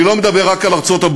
אני לא מדבר רק על ארצות-הברית,